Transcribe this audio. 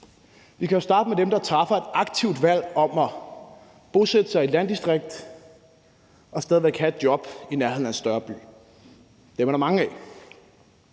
Vi kan jo starte med dem, der træffer et aktivt valg om at bosætte sig i et landdistrikt og stadig væk have et job i nærheden af en større by. Dem er der mange af,